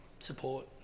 Support